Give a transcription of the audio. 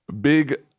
Big